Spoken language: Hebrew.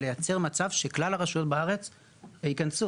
ליצר מצב שכלל הרשויות בארץ ייכנסו.